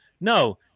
no